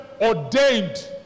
ordained